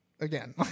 again